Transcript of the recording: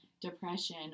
Depression